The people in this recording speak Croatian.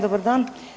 Dobar dan.